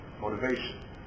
motivation